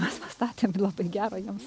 mes pastatėm labai gerą jiems